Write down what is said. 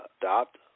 adopt